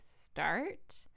start